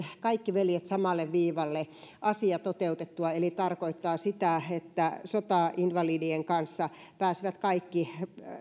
kaikki veljet samalle viivalle asia toteutettua mikä tarkoittaa sitä että sotainvalidien kanssa pääsevät kaikki